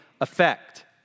effect